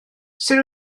sut